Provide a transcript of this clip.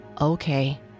Okay